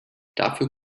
dafür